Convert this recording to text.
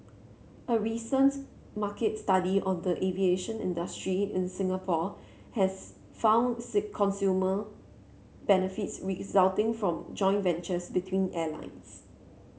a recent market study on the aviation industry in Singapore has found consumer benefits resulting from joint ventures between airlines